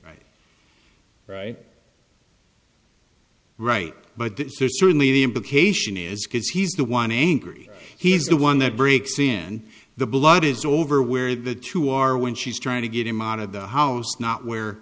right right but certainly the implication is because he's the one angry he's the one that breaks in the blood is over where the two are when she's trying to get him out of the house not w